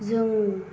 जों